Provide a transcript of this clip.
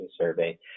survey